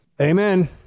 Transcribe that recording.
Amen